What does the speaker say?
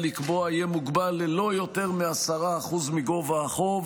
לקבוע יהיה מוגבל ללא יותר מ-10% מגובה החוב,